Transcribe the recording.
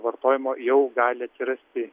vartojimo jau gali atsirasti